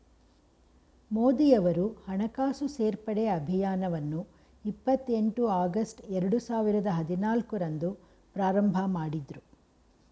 ಮೋದಿಯವರು ಹಣಕಾಸು ಸೇರ್ಪಡೆ ಅಭಿಯಾನವನ್ನು ಇಪ್ಪತ್ ಎಂಟು ಆಗಸ್ಟ್ ಎರಡು ಸಾವಿರದ ಹದಿನಾಲ್ಕು ರಂದು ಪ್ರಾರಂಭಮಾಡಿದ್ರು